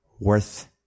worth